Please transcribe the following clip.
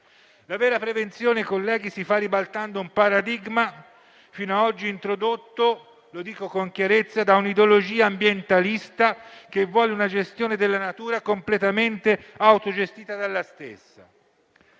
La vera prevenzione, colleghi, si fa ribaltando un paradigma fino a oggi introdotto - lo dico con chiarezza - da un'ideologia ambientalista che vuole una gestione della natura completamente autogestita dalla stessa;